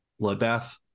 bloodbath